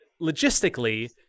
logistically